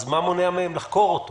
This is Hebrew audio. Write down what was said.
אז מה מונע מהם לחקור אותו?